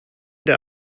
der